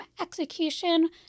execution